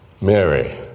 Mary